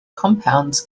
compounds